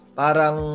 parang